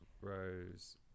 Rose